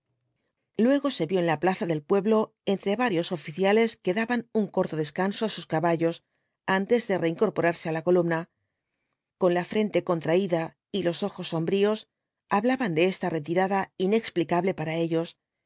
luego se vio en la plaza del pueblo entre varios oficiales que daban un corto descanso á sus caballos antes de reincorporarse á la columna con la frente contraída y los ojos sombríos hablaban de esta retirada inexplicable para ellos